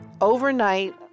Overnight